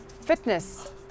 Fitness